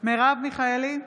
מרב מיכאלי,